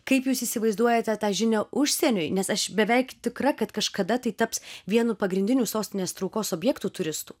kaip jūs įsivaizduojate tą žinią užsieniui nes aš beveik tikra kad kažkada tai taps vienu pagrindinių sostinės traukos objektų turistų